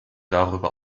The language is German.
darüber